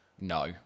no